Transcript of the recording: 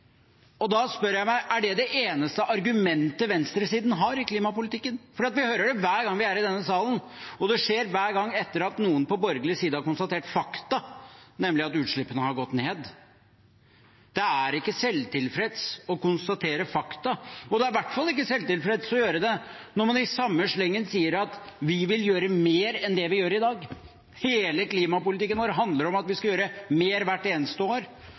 Da spør jeg meg: Er det det eneste argumentet venstresiden har i klimapolitikken? For vi hører det hver gang vi er i denne salen, og det skjer hver gang etter at noen på borgerlig side har konstatert fakta, nemlig at utslippene har gått ned. Det er ikke selvtilfredshet å konstatere fakta, og det er i hvert fall ikke selvtilfredshet å gjøre det når man i samme slengen sier at vi vil gjøre mer enn det vi gjør i dag. Hele klimapolitikken vår handler om at vi skal gjøre mer hvert eneste år,